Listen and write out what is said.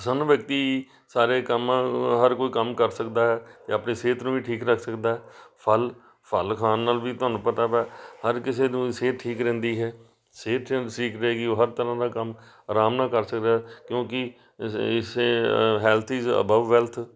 ਪ੍ਰਸੰਨ ਵਿਅਕਤੀ ਸਾਰੇ ਕੰਮ ਹਰ ਕੋਈ ਕੰਮ ਕਰ ਸਕਦਾ ਹੈ ਆਪਣੀ ਸਿਹਤ ਨੂੰ ਵੀ ਠੀਕ ਰੱਖ ਸਕਦਾ ਫਲ ਫਲ ਖਾਣ ਨਾਲ ਵੀ ਤੁਹਾਨੂੰ ਪਤਾ ਵੈ ਹਰ ਕਿਸੇ ਨੂੰ ਸਿਹਤ ਠੀਕ ਰਹਿੰਦੀ ਹੈ ਸਿਹਤ ਠੀਕ ਰਹੇਗੀ ਉਹ ਹਰ ਤਰ੍ਹਾਂ ਦਾ ਕੰਮ ਆਰਾਮ ਨਾਲ ਕਰ ਸਕਦਾ ਹੈ ਕਿਉਂਕਿ ਇਸ ਇਸ ਹੈਲਥ ਇਜ ਅਬਵ ਵੈਲਥ